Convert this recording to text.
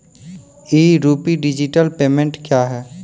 ई rupee digital payment क्या हैं?